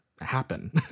happen